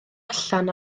allan